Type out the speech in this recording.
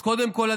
אז קודם כול,